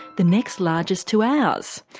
the next largest to ours.